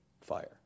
fire